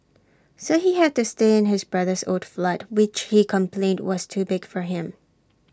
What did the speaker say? so he had to stay in his brother's old flat which he complained was too big for him